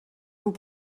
vous